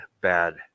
bad